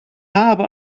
habe